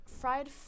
fried